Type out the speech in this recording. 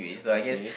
okay